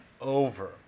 over